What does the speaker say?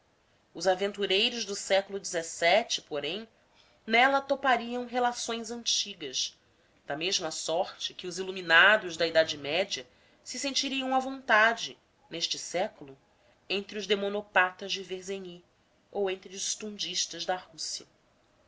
os aventureiros do século xvii porém nela topariam relações antigas da mesma sorte que os iluminados da idade média se sentiriam à vontade neste século entre os demonopatas de verzegnis ou entre os stundistas da rússia